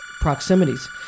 proximities